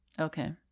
Okay